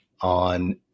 on